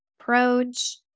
approach